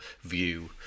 View